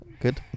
Good